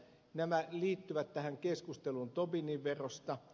nämä liittyvät tähän keskusteluun tobinin verosta